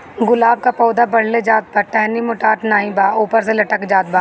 गुलाब क पौधा बढ़ले जात बा टहनी मोटात नाहीं बा ऊपर से लटक जात बा?